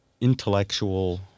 intellectual